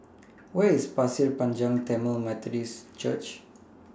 Where IS Pasir Panjang Tamil Methodist Church